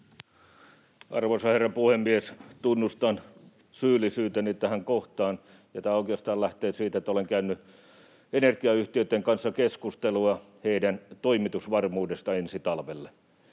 Arvoisa herra puhemies! Tunnustan syyllisyyteni tähän kohtaan. Tämä oikeastaan lähtee siitä, että olen käynyt energiayhtiöitten kanssa keskustelua heidän toimitusvarmuudestaan ensi talvelle.